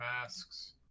masks